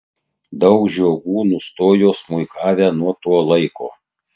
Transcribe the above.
daug žiogų nustojo smuikavę nuo to laiko